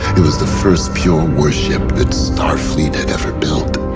it was the first pure warship that starfleet had ever built.